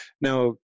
Now